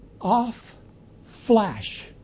off-flash